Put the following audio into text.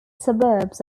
suburbs